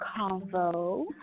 convo